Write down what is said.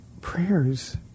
prayers